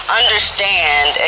understand